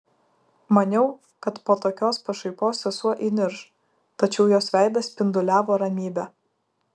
maniau kad po tokios pašaipos sesuo įnirš tačiau jos veidas spinduliavo ramybe